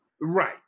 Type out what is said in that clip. Right